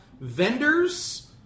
Vendors